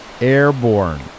Airborne